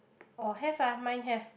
oh have ah mine have